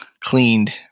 cleaned